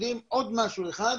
עוד משהו אחד,